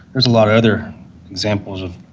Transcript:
there's a lot of other examples of